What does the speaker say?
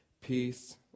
peace